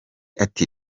ati